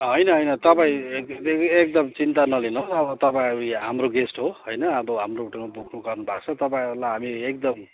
होइन होइन तपाईँ एकदम चिन्ता नलिनु अब तपाईँ हाम्रो गेस्ट हो होइन अब हाम्रो होटलमा बुक गर्नुभएको छ तपाईँलाई हामी एकदम